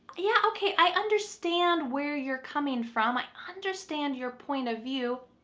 yeah okay, i understand where you're coming from. i understand your point of view,